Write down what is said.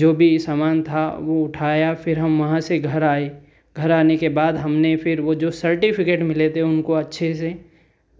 जो भी सामान था वह उठाया फ़िर हम वहाँ से घर आए घर आने के बाद हमने फ़िर वह जो सर्टिफिकेट मिले थे उनको अच्छे से